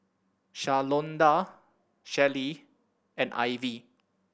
Shalonda Shelli and Ivie